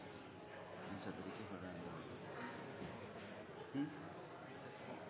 ein ikkje